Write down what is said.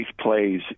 plays